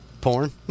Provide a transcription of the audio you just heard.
porn